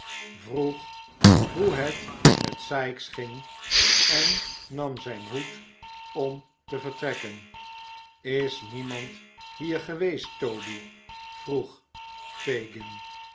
vroeg hoe het met sikes ging en nam zijn hoed om te vertrekken is niemand hier geweest toby vroeg fagin